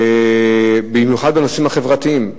במיוחד בנושאים החברתיים.